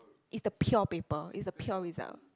is the pure paper is the pure result